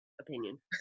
opinion